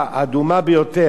זה גם כן חלק מהזיוף.